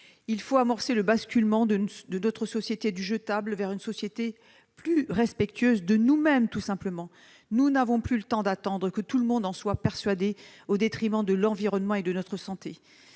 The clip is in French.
Il faut amorcer le basculement de notre société du jetable vers une société plus respectueuse de nous-mêmes, tout simplement. Nous n'avons plus le temps d'attendre que tout le monde en soit persuadé, au détriment de l'environnement et de notre santé.